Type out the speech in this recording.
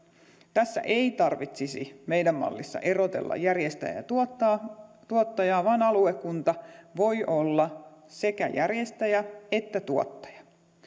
tässä ei tarvitsisi meidän mallissamme erotella järjestäjää ja tuottajaa vaan aluekunta voi olla sekä järjestäjä että tuottaja